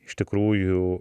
iš tikrųjų